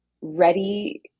ready